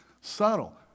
subtle